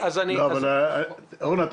אורנה,